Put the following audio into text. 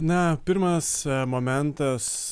na pirmas momentas